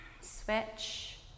Switch